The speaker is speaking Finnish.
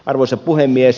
arvoisa puhemies